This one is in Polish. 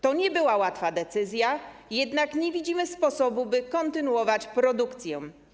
To nie była łatwa decyzja, jednak nie widzimy sposobu, by kontynuować produkcję.